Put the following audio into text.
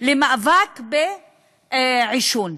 למאבק בעישון,